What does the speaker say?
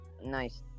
Nice